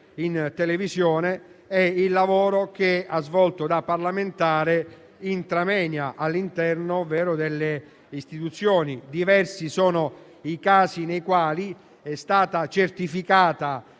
in televisione, e il lavoro che ha svolto da parlamentare *intra moenia*, ovvero all'interno delle istituzioni. Diversi sono i casi nei quali è stata certificata